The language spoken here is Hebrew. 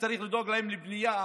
שצריך לדאוג להם לבנייה,